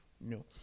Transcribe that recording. No